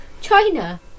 China